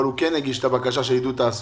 אבל הוא כן הגיש את הבקשה של עידוד תעסוקה,